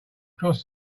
cross